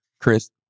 Chris